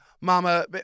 mama